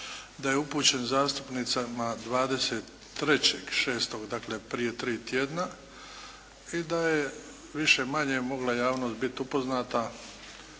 da je upućen zastupnicima 23.6. dakle prije tri tjedna i da je više-manje mogla javnost biti upoznata